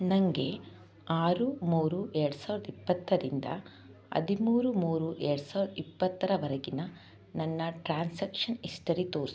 ನನಗೆ ಆರು ಮೂರು ಎರಡು ಸಾವಿರದ ಇಪ್ಪತ್ತರಿಂದ ಹದಿಮೂರು ಮೂರು ಎರಡು ಸಾವಿರದ ಇಪ್ಪತ್ತರವರೆಗಿನ ನನ್ನ ಟ್ರಾನ್ಸ್ಯಾಕ್ಷನ್ ಹಿಸ್ಟರಿ ತೋರಿಸು